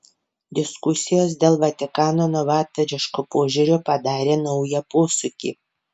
diskusijos dėl vatikano novatoriško požiūrio padarė naują posūkį